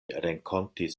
renkontis